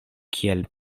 kiel